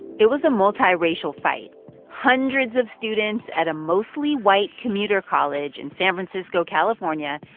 it was a multiracial fight hundreds of students at a mostly white commuter college in san francisco, calif, um yeah